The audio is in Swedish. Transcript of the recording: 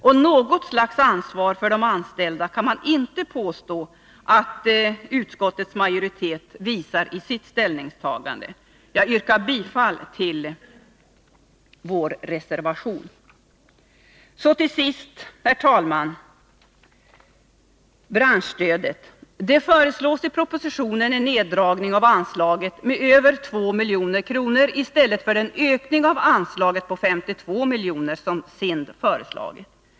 Man kan inte påstå att utskottet genom sitt ställningstagande visar något som helst ansvar för de anställda. Jag yrkar bifall till vår reservation. Så till sist, herr talman, några ord om branschstödet. I propositionen föreslås en neddragning av anslaget med över 2 milj.kr. i stället för den ökning med 52 milj.kr. som SIND föreslagit.